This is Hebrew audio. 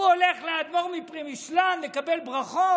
הוא הולך לאדמו"ר מפרמישלן לקבל ברכות.